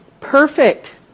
perfect